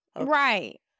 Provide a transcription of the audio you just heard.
Right